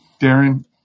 Darren